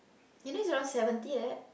you know it's around seventy like that